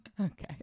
Okay